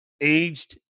aged